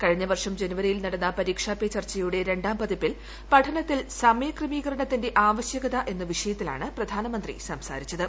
കഴിഞ്ഞ വർഷം ജനുവരിയിൽ നടന്ന പരീക്ഷാ പേ ചർച്ചയുടെ രണ്ടാം പതിപ്പിൽ പഠനത്തിൽ സമയക്രമീകരണത്തി്ന്റെ ആ്വശ്യകത എന്ന വിഷയത്തിലാണ് പ്രധാനമന്ത്രി സംസാരിച്ചത്